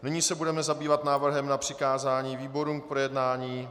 Nyní se budeme zabývat návrhem na přikázání výborům k projednání.